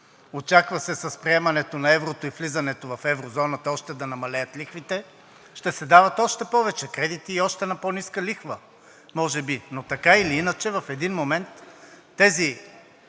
очаква се с приемането на еврото и влизането в еврозоната още да намалеят лихвите. Ще се дават още повече кредити и още на по-ниска лихва може би. Но така или иначе в един момент тези